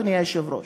אדוני היושב-ראש.